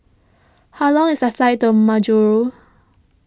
how long is the flight to Majuro